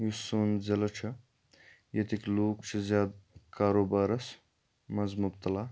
یُس سون ضلعہٕ چھُ ییٚتِکۍ لوٗکھ چھِ زیادٕ کاروبارَس منٛز مُبتلا